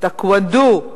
טקוונדו,